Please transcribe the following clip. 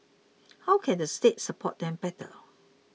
how can the state support them better